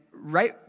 right